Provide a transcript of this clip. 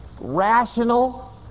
rational